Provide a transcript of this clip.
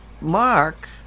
Mark